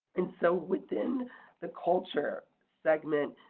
and so within the culture segment,